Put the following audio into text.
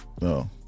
No